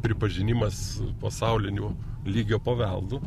pripažinimas pasauliniu lygio paveldu